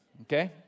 okay